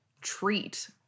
treat